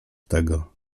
tego